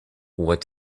what